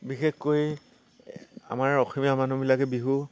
বিশেষকৈ আমাৰ অসমীয়া মানুহবিলাকে বিহু